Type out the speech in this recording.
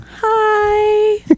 Hi